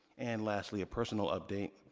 and lastly, a personal update,